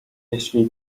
jeśli